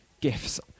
gifts